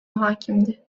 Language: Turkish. hakimdi